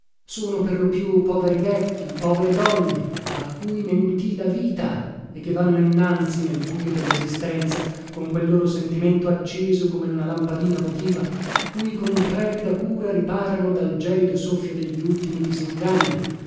sono per lo più poveri vecchi povere donne a cui mentì la vita e che vanno innanzi nel bujo dellesistenza con quel loro sentimento acceso come una lampadina votiva cui con trepida cura riparano dal gelido soffio degli ultimi disinganni